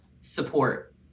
support